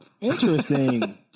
Interesting